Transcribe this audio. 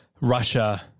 Russia